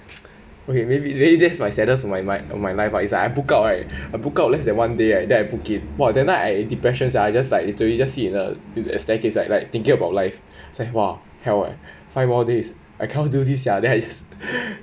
okay maybe that that's the saddest of my my of my life lah is Iike I book out right I book out less than one day and then I book in !wah! that night I depressions right then I just like litterary just sit in a staircase like like thinking about life is like !wah! hell eh five more days I can't do this sia then I just